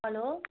hello